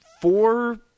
four –